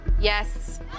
Yes